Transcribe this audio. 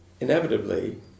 inevitably